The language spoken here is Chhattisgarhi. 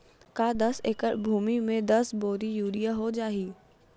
का दस एकड़ भुमि में दस बोरी यूरिया हो जाही?